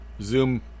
zoom